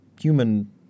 human